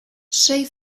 sei